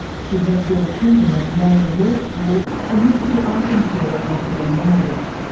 she met bill clinton at yale law school and moved to arkansas after their marriage.